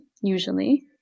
usually